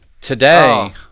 Today